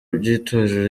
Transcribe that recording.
by’itorero